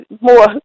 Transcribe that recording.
more